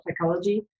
psychology